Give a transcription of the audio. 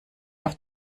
auf